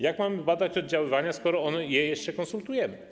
Jak mamy badać oddziaływanie, skoro to jeszcze konsultujemy?